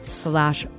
slash